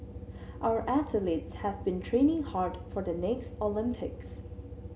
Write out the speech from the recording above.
our athletes have been training hard for the next Olympics